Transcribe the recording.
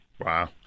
Wow